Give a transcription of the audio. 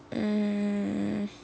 mm